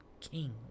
King